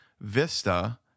vista